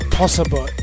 possible